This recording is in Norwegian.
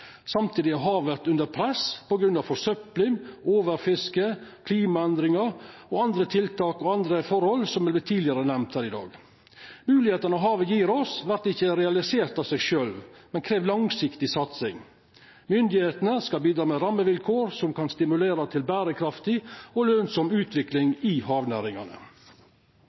Samtidig er havet under press på grunn av forsøpling, overfiske, klimaendringar og andre forhold som er nemnde tidlegare her i dag. Moglegheitene havet gjev oss, vert ikkje realiserte av seg sjølve. Det krev langsiktig satsing. Myndigheitene skal bidra med rammevilkår som kan stimulera til berekraftig og lønsam utvikling i havnæringane.